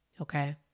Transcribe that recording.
okay